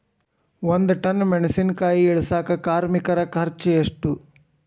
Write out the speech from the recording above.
ಒಂದ್ ಟನ್ ಮೆಣಿಸಿನಕಾಯಿ ಇಳಸಾಕ್ ಕಾರ್ಮಿಕರ ಖರ್ಚು ಎಷ್ಟು?